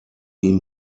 ihm